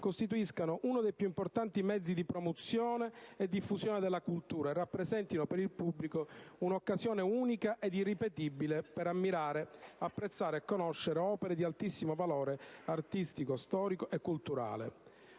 costituiscano uno dei più importanti mezzi di promozione e diffusione della cultura e rappresentino per il pubblico un'occasione unica ed irripetibile per ammirare, apprezzare e conoscere opere di altissimo valore artistico, storico e culturale.